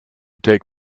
take